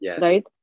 right